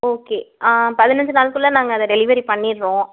okay பதினஞ்சு நாளுக்குள்ளே நாங்கள் அதை டெலிவரி பண்ணிவிடுறோம்